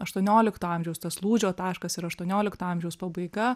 aštuoniolikto amžiaus tas lūžio taškas ir aštuoniolikto amžiaus pabaiga